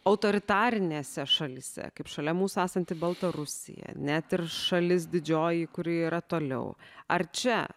autoritarinėse šalyse kaip šalia mūsų esanti baltarusija net ir šalis didžioji kuri yra toliau ar čia